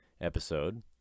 episode